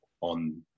on